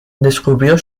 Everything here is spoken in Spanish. descubrió